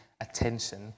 attention